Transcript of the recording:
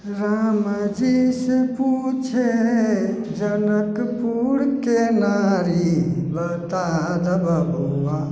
रामजीसँ पूछे जनकपुरके नारी बता दऽ बबुआ